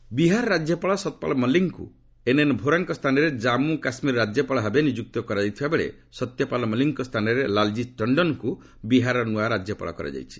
governor Bihar ରାଜ୍ୟପାଳ ସତ୍ୟପାଲ୍ ମଲ୍ଲିକଙ୍କୁ N N ଭୋରାଙ୍କ ସ୍ଥାନରେ ଜାଞ୍ଚ କାଶ୍ରୀର ରାଜ୍ୟପାଳ ଭାବେ ନିଯୁକ୍ତ କରାଯାଇଥିବା ବେଳେ ସତ୍ୟପାଲ ମଲ୍ଟିକଙ୍କ ସ୍ଥାନରେ ଲାଲ୍ଜି ଟଣ୍ଡନଙ୍କୁ ବିହାରର ନୂଆ ରାଜ୍ୟପାଳ କରାଯାଇଛି